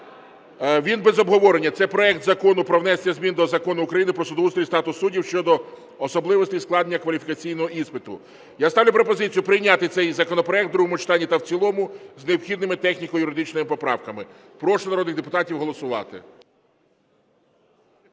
Він без обговорення. Це проект Закону про внесення змін до Закону України "Про судоустрій і статус суддів" щодо особливостей складання кваліфікаційного іспиту. Я ставлю пропозицію прийняти цей законопроект в другому читанні та в цілому з необхідними техніко-юридичними поправками. Прошу народних депутатів голосувати.